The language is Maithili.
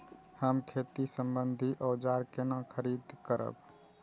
हम खेती सम्बन्धी औजार केना खरीद करब?